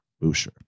Boucher